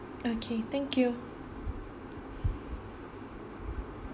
okay thank you